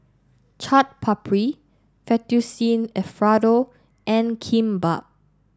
Chaat Papri Fettuccine Alfredo and Kimbap